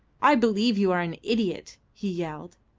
i believe you are an idiot! he yelled.